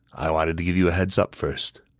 i wanted to give you a heads up first.